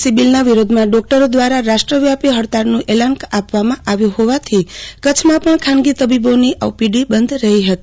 C બિલના વિરોધમાં ડૉક્ટરો દ્વારા રાષ્ટ્રવ્યાપી હડતાલનું એલાન આપવામાં આવ્યું હોવાથી કચ્છમાં પણ ખાનગી તબીબોની ઓપીડીઓ બંધ રહી હતી